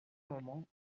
moment